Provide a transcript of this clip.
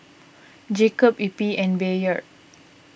Jacob Eppie and Bayard